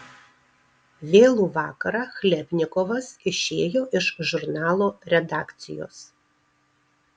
vėlų vakarą chlebnikovas išėjo iš žurnalo redakcijos